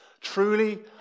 Truly